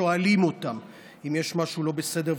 שואלים אותם אם יש משהו לא בסדר.